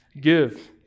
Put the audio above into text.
Give